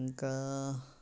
ఇంకా